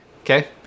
okay